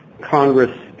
Congress